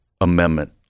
amendment